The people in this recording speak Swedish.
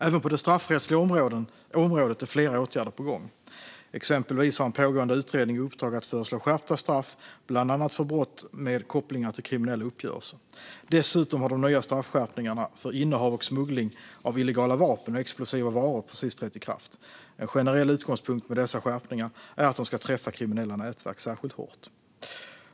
Även på det straffrättsliga området är flera åtgärder på gång. Exempelvis har en pågående utredning i uppdrag att föreslå skärpta straff bland annat för brott med kopplingar till kriminella uppgörelser. Dessutom har de nya straffskärpningarna för innehav och smuggling av illegala vapen och explosiva varor precis trätt i kraft. En generell utgångspunkt för dessa skärpningar är att de ska träffa kriminella nätverk särskilt hårt.